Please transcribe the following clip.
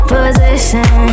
Position